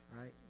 right